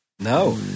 No